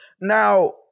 Now-